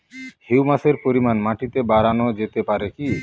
হিউমাসের পরিমান মাটিতে বারানো যেতে পারে কি?